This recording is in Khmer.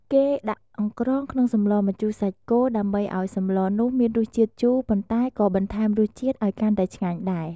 គេដាក់អង្ក្រងក្នុងសម្លម្ជូរសាច់គោដើម្បីឱ្យសម្លនោះមានរសជាតិជូរ ប៉ុន្តែក៏បន្ថែមរសជាតិឱ្យកាន់តែឆ្ងាញ់ដែរ។